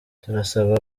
turasaba